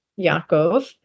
Yaakov